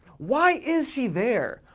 why is she there?